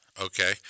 okay